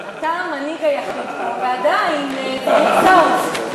אתה המנהיג היחיד פה, ועדיין, צריך שר.